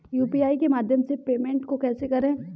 UPI के माध्यम से पेमेंट को कैसे करें?